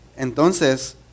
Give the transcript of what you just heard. Entonces